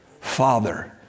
father